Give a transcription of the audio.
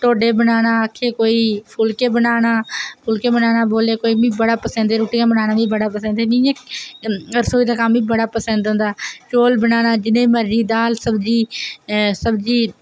ढोडे बनाना आक्खै कोई फुल्के बनाना फुल्के बनाना बोल्लै कोई मिगी बड़ा पसंद ते रूट्टियां बनाना मिगी बड़ा पसंद मिगी इयां रसोई दा कम्म मिगी बड़ा पसंद आंदा चौल बनाना जनेही मर्जी दाल सब्जी सब्जी